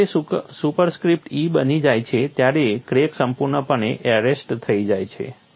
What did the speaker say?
જ્યારે તે superscript e બની જાય છે ત્યારે ક્રેક સંપૂર્ણપણે એરેસ્ટ થઈ જાય છે